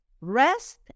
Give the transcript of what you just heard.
rest